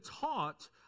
taught